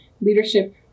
leadership